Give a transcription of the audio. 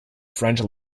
french